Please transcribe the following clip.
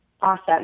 Awesome